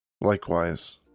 Likewise